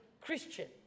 Christian